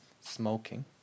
smoking